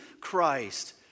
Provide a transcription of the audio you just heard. Christ